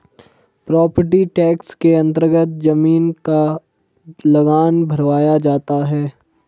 property tax के अन्तर्गत जमीन का लगान भरवाया जाता है